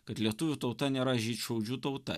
kad lietuvių tauta nėra žydšaudžių tauta